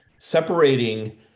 separating